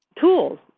tools